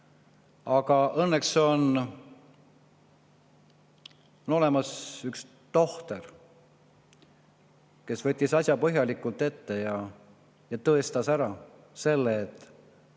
Aga õnneks on olemas üks tohter, kes võttis asja põhjalikult ette ja tõestas ära selle, et